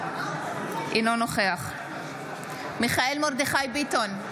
אינו נוכח מיכאל מרדכי ביטון,